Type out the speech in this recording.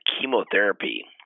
chemotherapy